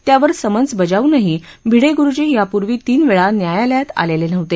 त्यावर समन्स बजावूनही भिडे गुरुजी यापूर्वी तीन वेळा न्यायालयात आलेले नव्हते